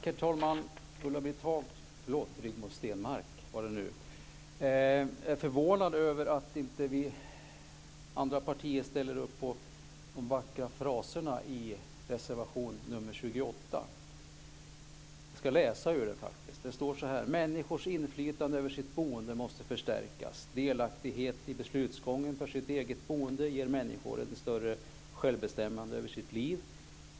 Herr talman! Rigmor Stenmark är förvånad över att de andra partierna inte ställer upp på de vackra fraserna i reservation 28. I reservationen står det: "Människors inflytande över sitt boende måste förstärkas. Delaktighet i beslutsgången för sitt eget boende ger människor ett större självbestämmande över sitt liv.